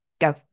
Go